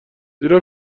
زیرا